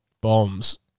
Bombs